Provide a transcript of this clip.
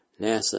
NASA